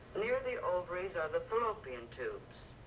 near the ovaries are the fallopian tubes,